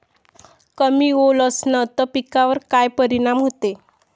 कमी ओल असनं त पिकावर काय परिनाम होते?